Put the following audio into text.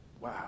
Wow